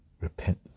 repent